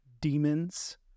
demons